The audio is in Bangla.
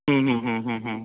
হুম হুম হুম হুম হুম